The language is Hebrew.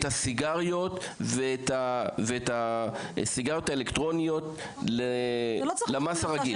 הסיגריות ואת הסיגריות האלקטרוניות למס הרגיל?